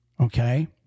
Okay